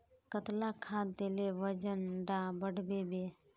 कतला खाद देले वजन डा बढ़बे बे?